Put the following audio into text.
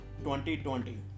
2020